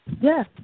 Yes